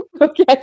Okay